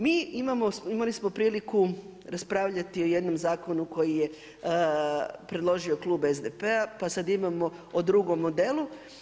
Mi imali smo priliku raspravljati o jednom zakonu koji je predložio klub SDP-a pa sada imamo o drugom modelu.